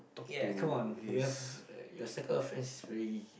ya come on we have a circle of friends very